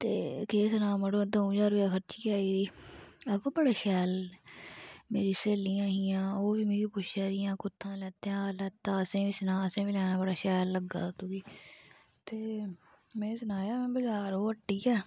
ते केह् सनां मड़ो द'ऊं ज्हार रपेआ खर्चियै आई दी अ बा बड़ा शैल मेरी स्हेलियां हियां ओह् बी मिगी पुच्छा दियां कुत्थां लैते दा लैता असें गी बी सना असें बी लैना बड़ा शैल लग्गा दा तुगी ते में सनाया महां बजार ओह् हट्टी ऐ